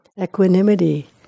Equanimity